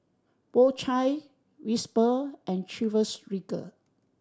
Po Chai Whisper and Chivas Regal